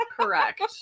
Correct